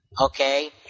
Okay